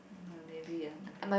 ah maybe ah maybe